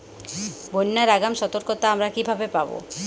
বন্যার আগাম সতর্কতা আমরা কিভাবে পাবো?